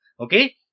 okay